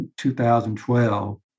2012